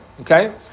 Okay